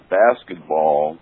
basketball